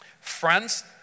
Friends